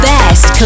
Best